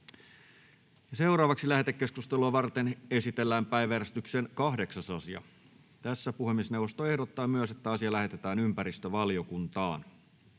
muutos. Lähetekeskustelua varten esitellään päiväjärjestyksen 8. asia. Puhemiesneuvosto ehdottaa, että asia lähetetään ympäristövaliokuntaan.